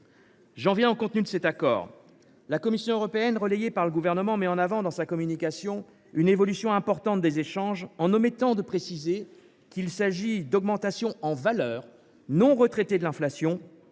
J’en viens au contenu de l’accord. La Commission européenne, relayée par le Gouvernement, met en avant, dans sa communication, une évolution importante des échanges, en omettant de préciser qu’il s’agit d’une augmentation en valeur non retraitée de l’inflation,